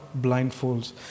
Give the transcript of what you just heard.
blindfolds